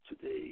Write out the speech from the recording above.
today